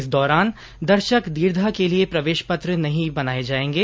इस दौरान दर्शक दीर्घा के लिए प्रवेश पत्र नहीं बनाए जाएंगे